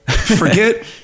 Forget